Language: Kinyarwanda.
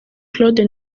claude